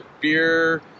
beer